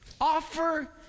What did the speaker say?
offer